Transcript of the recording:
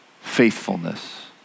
faithfulness